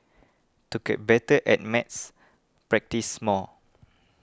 to get better at maths practise more